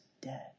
dead